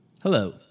Hello